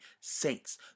Saints